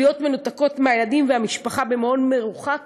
להיות מנותקות מהילדים ומהמשפחה במעון מרוחק,